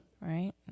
Right